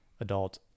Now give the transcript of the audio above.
adult